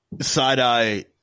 Side-eye